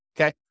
Okay